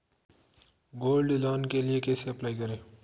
Gold loan के लिए कैसे अप्लाई करें?